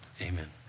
amen